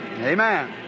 amen